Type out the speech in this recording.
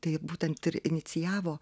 tai būtent ir inicijavo